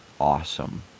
awesome